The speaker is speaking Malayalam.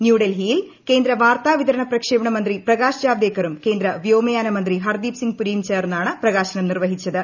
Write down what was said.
ന്യൂഡൽഹിയിൽ കേന്ദ്ര വാർത്താവിതരണ പ്രക്ഷേപണ മന്ത്രി പ്രകാശ്ജാവദേക്കറും കേന്ദ്രവ്യോമയാനമന്ത്രി ഹർദീപ് സിംഗ് പുരിയും ചേർന്നാണ് പ്രകാശനം നിർവഹിച്ചത്